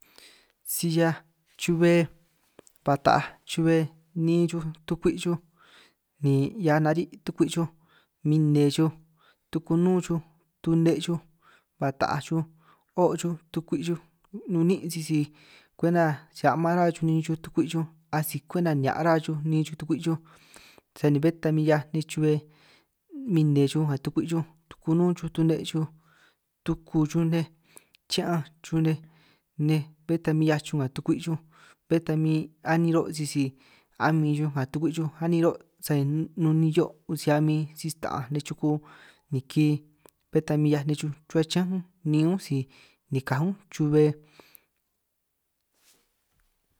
Si 'hiaj chube ba taaj chube niin chuj tukwi' chuj ni hiaj nari' tukwi xuj, min nne xuj tukunun xuj tunej xuj ba taaj xuj o' xuj tukwi' xuj nunin' sisi kwenta si a'man ruhua xuj niin xuj tukwi xuj, a sij kwenta nihia' ra xuj niin chuj tukwi' xuj, sani bé ta min 'hiaj nej chube min nne xuj nga tukwi' chuj tukunún xuj tune' chuj, tuku chuj nej chi'ñanj chuj nej nej bé ta min 'hiaj xuj nga tukwi' xuj, bé ta min anin ruhuo sisi a'min xuj nga tukwi' xuj anin ruhuo, sani nun niín hio un si a'min si sta'anj nej chuku niki, bé ta min 'hiaj nej xuj ruhua chiñán únj niin únj si nikaj únj chube.